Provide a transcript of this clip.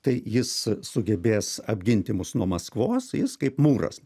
tai jis sugebės apginti mus nuo maskvos jis kaip mūras